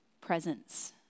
presence